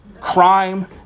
crime